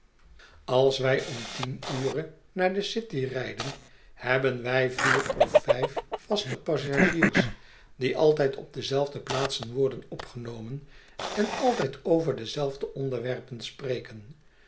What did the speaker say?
als wij om tien ure naar de city rijden hebben wij vier of vijf vaste passagiers die altijd op dezelfde plaatsen worden opgenomen en altijd over dezelfde onderwerpen spreken